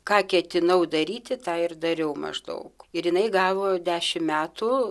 ką ketinau daryti tą ir dariau maždaug ir jinai gavo dešimt metų